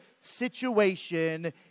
situation